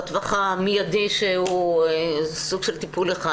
בטווח המיידי שהוא סוג של טיפול אחד,